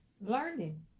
learning